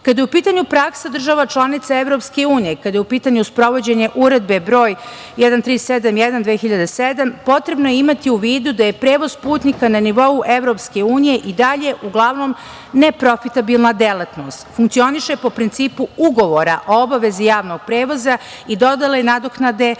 je u pitanju praksa država članica Evropske unije, kada je u pitanju sprovođenje Uredbe br. 13712007, potrebno je imati u vidu da je prevoz putnika na nivou Evropske unije i dalje uglavnom neprofitabilna delatnost. Funkcioniše po principu ugovora o obavezi javnog prevoza i dodele i nadoknade